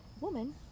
woman